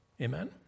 Amen